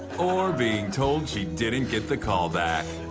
or being told she didn't get the callback.